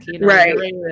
Right